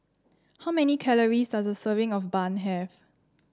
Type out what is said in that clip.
how many calories does a serving of bun have